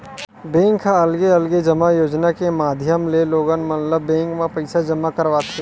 bank ह अलगे अलगे जमा योजना के माधियम ले लोगन मन ल बेंक म पइसा जमा करवाथे